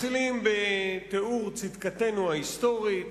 מתחילים בתיאור צדקתנו ההיסטורית,